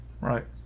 right